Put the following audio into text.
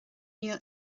níl